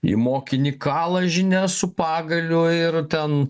į mokinį kala žinias su pagaliu ir ten